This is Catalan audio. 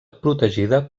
protegida